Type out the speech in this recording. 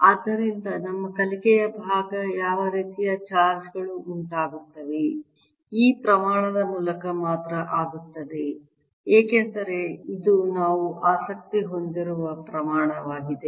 ಆದ್ದರಿಂದ ನಮ್ಮ ಕಲಿಕೆಯ ಭಾಗ ಯಾವ ರೀತಿಯ ಚಾರ್ಜ್ ಗಳು ಉಂಟಾಗುತ್ತವೆ ಈ ಪ್ರಮಾಣಗಳ ಮೂಲಕ ಮಾತ್ರ ಆಗುತ್ತದೆ ಏಕೆಂದರೆ ಇದು ನಾವು ಆಸಕ್ತಿ ಹೊಂದಿರುವ ಪ್ರಮಾಣವಾಗಿದೆ